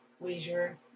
leisure